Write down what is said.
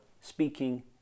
speaking